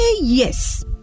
yes